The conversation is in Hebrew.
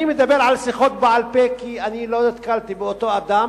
אני מדבר על שיחות בעל-פה, כי לא נתקלתי באותו אדם